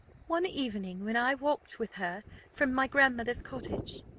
one evening when i walked with her from my grandmother's cottage.